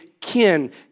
kin